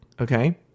okay